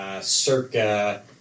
circa